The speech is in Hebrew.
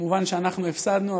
מובן שאנחנו הפסדנו,